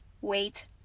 wait